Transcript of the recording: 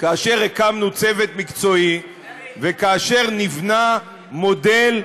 כאשר הקמנו צוות מקצועי וכאשר נבנה מודל,